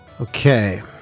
Okay